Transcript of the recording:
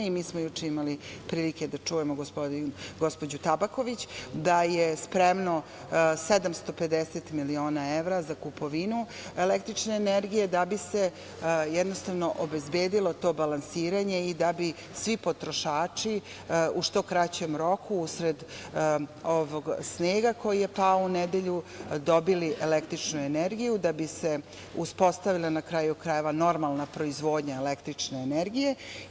Mi smo juče imali prilike da čujemo gospođu Tabaković da je spremno 750 miliona evra za kupovinu električne energije da bi se obezbedilo to balansiranje i da bi svi potrošači u što kraćem roku usred ovog snega koji je pao u nedelju, dobili električnu energiju i da bi se uspostavila normalna proizvodnja električne energije.